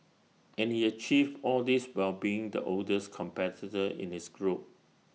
and he achieved all this while being the oldest competitor in his group